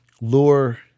lure